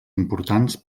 importants